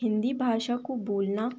हिंदी भाषा को बोलना